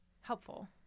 helpful